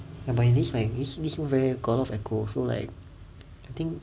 ya but in this like this this room very got a lot of echo so like I think